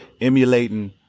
emulating